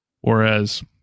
Whereas